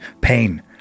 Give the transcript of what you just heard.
pain